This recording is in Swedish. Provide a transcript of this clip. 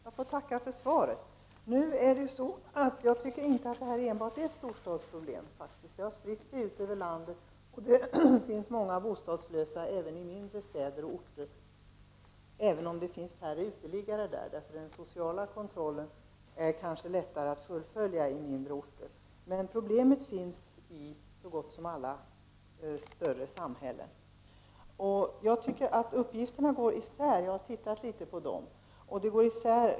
Herr talman! Jag får tacka för svaret. Jag tycker inte att detta problem är något storstadsproblem. Det har spritt sig ut över landet, och det finns många bostadslösa även i mindre städer och orter, även om det finns färre uteliggare där, därför att den sociala kontrollen kanske fungerar bättre på mindre orter. Men problemet finns i så gott som alla större samhällen. Jag tycker att uppgifterna går isär. Jag har tittat litet på dem.